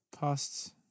past